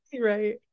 Right